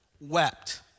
wept